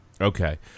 Okay